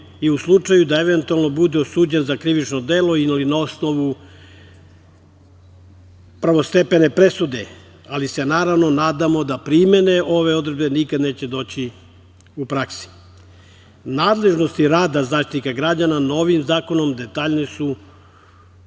i u slučaju da eventualno bude osuđen za krivično delo i na osnovu prvostepene presude, ali se naravno nadamo da primene ove odredbe nikada neće doći u praksi. Nadležnosti rada Zaštitnika građana novim zakonom detaljnije su